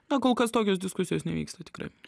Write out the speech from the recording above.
na kol kas tokios diskusijos nevyksta tikrai